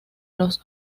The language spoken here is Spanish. los